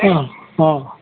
अँ अँ